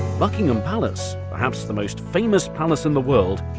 buckingham palace, perhaps the most famous palace in the world,